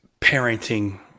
parenting